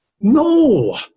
No